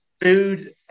food